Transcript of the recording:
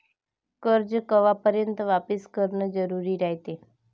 कर्ज कवापर्यंत वापिस करन जरुरी रायते?